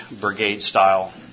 brigade-style